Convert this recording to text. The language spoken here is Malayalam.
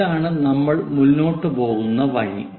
ഇതാണ് നമ്മൾ മുന്നോട്ട് പോകുന്ന വഴി